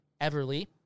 Everly